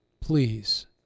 please